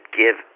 give